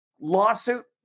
Lawsuit